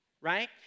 right